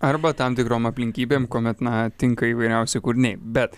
arba tam tikrom aplinkybėm kuomet na tinka įvairiausi kūriniai bet